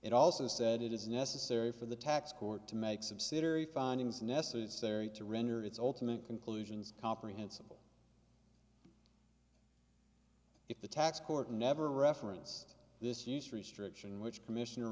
it also said it is necessary for the tax court to make subsidiary findings necessary to render its all to make conclusions comprehensible if the tax court never referenced this use restriction which commissioner